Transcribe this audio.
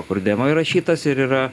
akordeno įrašytas ir yra